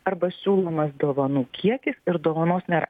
arba siūlomas dovanų kiekis ir dovanos nėra